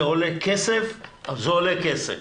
זה עולה כסף אז זה עולה כסף.